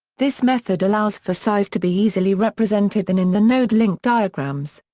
this method allows for size to be easily represented than in the node-link diagrams.